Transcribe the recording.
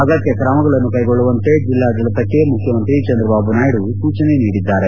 ಅಗತ್ಯ ಕ್ರಮಗಳನ್ನು ಕೈಗೊಳ್ಳುವಂತೆ ಜಿಲ್ಲಾಡಳಿತಕ್ಕೆ ಮುಖ್ಚಮಂತ್ರಿ ಚಂದ್ರಬಾಬು ನಾಯ್ಡು ಸೂಚನೆ ನೀಡಿದ್ದಾರೆ